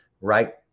right